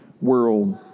world